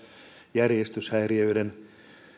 järjestyshäiriöiden